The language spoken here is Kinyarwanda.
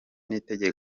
n’intege